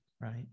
right